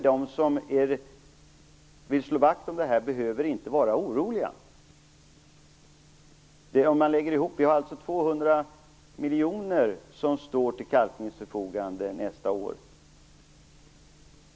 De som vill slå vakt om den här verksamheten behöver alltså inte vara oroliga. Sammanlagt 200 miljoner står till kalkningens förfogande nästa år.